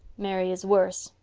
mary is worse.